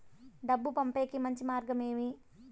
డబ్బు పంపేకి మంచి మార్గం ఏమి